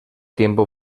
tiempo